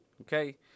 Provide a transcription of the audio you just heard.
Okay